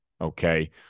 okay